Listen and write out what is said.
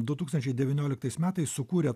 du tūkstančiai devynioliktais metais sukūrė